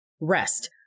Rest